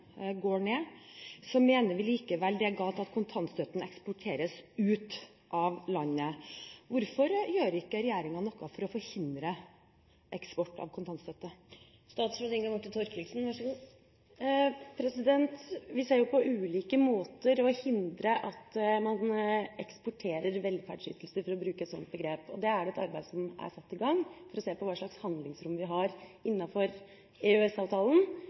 går ned, mener vi likevel det er galt at kontantstøtten eksporteres ut av landet. Hvorfor gjør ikke regjeringen noe for å forhindre eksport av kontantstøtte? Vi ser jo på ulike måter for å hindre at man «eksporterer» velferdsytelser, for å bruke et sånt begrep, og det er satt i gang et arbeid for å se på hvilket handlingsrom vi har innenfor EØS-avtalen, som Høyre er en glødende tilhenger av. Å